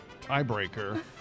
tiebreaker